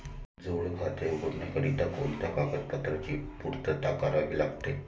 जोड खाते उघडण्याकरिता कोणकोणत्या कागदपत्रांची पूर्तता करावी लागते?